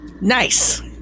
Nice